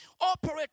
Operate